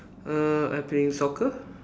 err I playing soccer